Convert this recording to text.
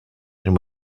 and